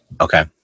Okay